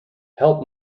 help